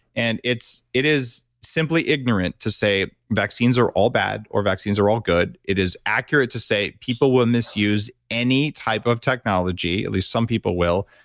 and it is simply ignorant to say, vaccines are all bad, or vaccines are all good. it is accurate to say, people will misuse any type of technology, at least, some people will,